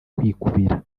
kwikubira